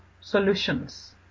solutions